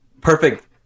Perfect